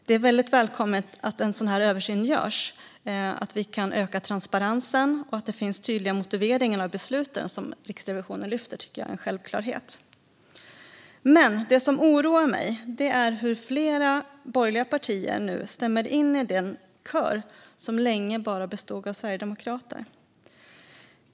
Det är väldigt välkommet att en sådan här översyn görs så att vi kan öka transparensen. Att det finns tydliga motiveringar av besluten, som Riksrevisionen lyfter fram, tycker jag är en självklarhet. Det som oroar mig är att flera borgerliga partier nu stämmer in i den kör som länge bara bestod av sverigedemokrater.